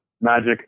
Magic